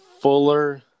Fuller